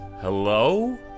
Hello